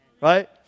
Right